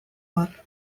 har